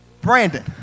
Brandon